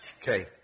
Okay